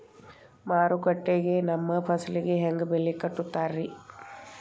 ಮಾರುಕಟ್ಟೆ ಗ ನಮ್ಮ ಫಸಲಿಗೆ ಹೆಂಗ್ ಬೆಲೆ ಕಟ್ಟುತ್ತಾರ ರಿ?